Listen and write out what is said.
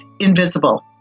invisible